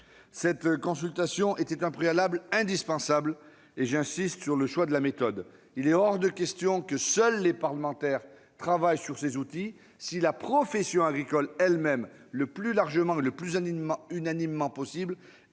Cette consultation était un préalable indispensable, car, j'insiste sur ce choix de méthode, il est hors de question que seuls les parlementaires travaillent sur ces outils ; la profession agricole doit être le plus largement, le plus unanimement possible